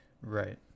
Right